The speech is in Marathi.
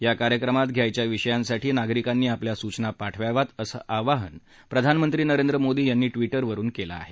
या कार्यक्रमात घ्यायच्या विषयांसाठी नागरिकांनी आपल्या सूचना पाठवाव्यात असं आवाहन प्रधानमंत्री नरेंद्र मोदी यांनी ट्विरवरून केलं आहे